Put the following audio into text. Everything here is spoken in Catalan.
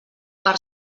per